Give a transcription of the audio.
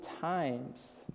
times